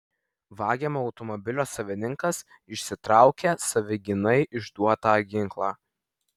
vagiamo automobilio savininkas išsitraukė savigynai išduotą ginklą